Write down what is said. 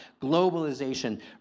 globalization